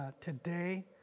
today